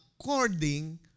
According